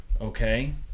Okay